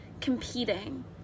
competing